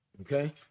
Okay